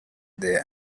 there